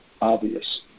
obvious